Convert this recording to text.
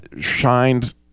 shined